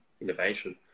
innovation